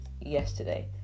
yesterday